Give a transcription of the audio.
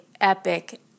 epic